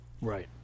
Right